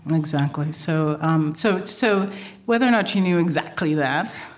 and exactly. so um so so whether or not she knew exactly that,